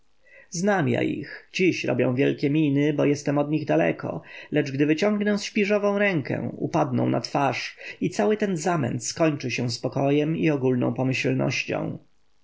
znam ja ich dziś robią wielkie miny bo jestem od nich daleko lecz gdy wyciągnę śpiżową rękę upadną na twarz i cały ten zamęt skończy się spokojem i ogólną pomyślnością